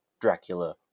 Dracula